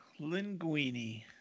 Linguini